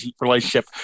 relationship